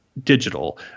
digital